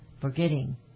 forgetting